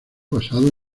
basados